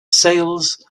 sales